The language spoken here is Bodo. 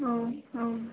औ औ